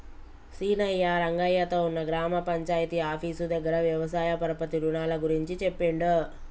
సీనయ్య రంగయ్య తో ఉన్న గ్రామ పంచాయితీ ఆఫీసు దగ్గర వ్యవసాయ పరపతి రుణాల గురించి చెప్పిండు